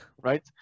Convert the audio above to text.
right